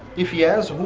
if yes,